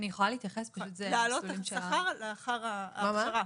העלאת שכר לאחר ההכשרה.